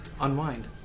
unwind